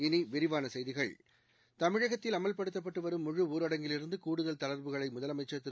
இனிவிரிவானசெய்திகள் தமிழகத்தில் அமல்படுத்தப்பட்டுவரும் முழு ஊரடங்கிலிருந்துகூடுதல் தளர்வுகளைமுதலமைச்சர் திரு